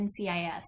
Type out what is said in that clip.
NCIS